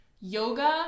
yoga